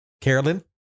Carolyn